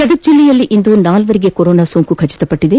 ಗದಗ ಜಿಲ್ಲೆಯಲ್ಲಿ ಇಂದು ನಾಲ್ವರಿಗೆ ಕೊರೋನಾ ಸೋಂಕು ದೃಢಪಟ್ಟಿದೆ